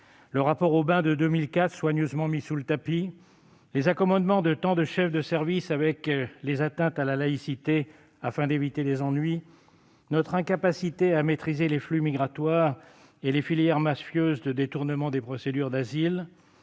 Le rapport Obin de 2004, soigneusement mis sous le tapis, les accommodements de tant de chefs de service avec les atteintes à la laïcité afin d'éviter les ennuis, notre incapacité à maîtriser les flux migratoires et les filières mafieuses de détournement des procédures d'asile,